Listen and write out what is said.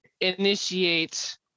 initiate